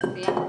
הוועדה.